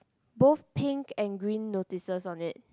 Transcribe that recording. both pink and green notices on it